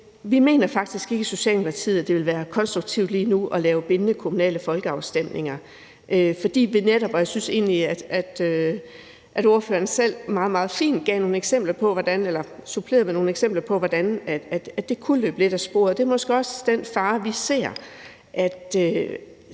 i Socialdemokratiet, at det vil være konstruktivt lige nu at lave bindende kommunale folkeafstemninger. Jeg synes egentlig, at ordføreren selv meget, meget fint gav nogle eksempler på eller supplerede med nogle eksempler på, hvordan det kunne løbe lidt af sporet. Det er måske også den fare, vi ser.